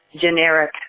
generic